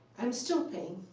i'm still paying